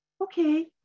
Okay